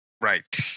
Right